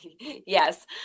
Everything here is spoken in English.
Yes